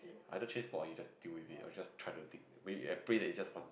either change spot or you just deal with it or just try to dig and pray that it's just one